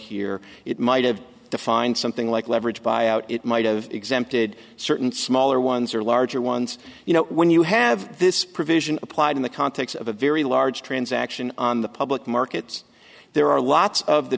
here it might have to find something like leverage buyout it might have exempted certain smaller ones or larger ones you know when you have this provision applied in the context of a very large transaction on the public markets there are lots of the